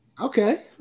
okay